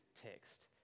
text